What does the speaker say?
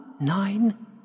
Nine